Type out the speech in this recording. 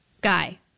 guy